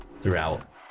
throughout